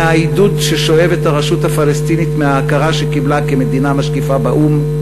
מהעידוד ששואבת הרשות הפלסטינית מההכרה שקיבלה כמדינה משקיפה באו"ם,